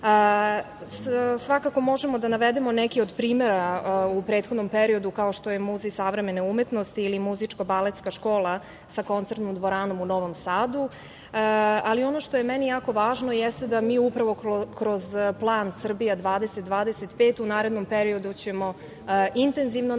možemo da navedemo neke od primera u prethodnom periodu, kao što je muzej Savremene umetnosti ili Muzičko-baletska škola sa Koncernom dvoranom u Novom Sadu, ali ono što je meni jako važno, jeste da mi upravo kroz plan Srbija – 2025 u narednom periodu ćemo intenzivno nastaviti